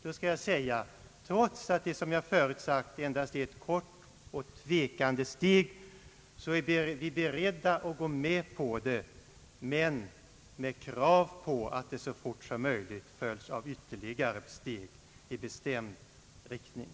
Jag vill säga att vi, trots att det här — som jag förut sagt — endast är fråga om ett kort och tvekande steg, är beredda ati gå med på förslaget men med krav på att det så fort som möjligt följs av ytterligare steg.